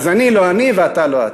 אז אני לא אני ואתה לא אתה.